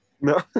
No